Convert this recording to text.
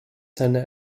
seiner